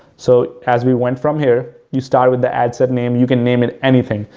so, as we went from here, you start with the ad set name, you can name it anything.